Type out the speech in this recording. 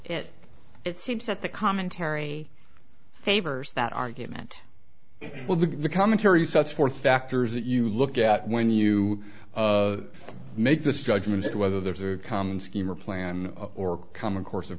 it it seems that the commentary favors that argument well the commentary sets forth factors that you look at when you make this judgment whether there is or comes scheme or plan or come a course of